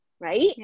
right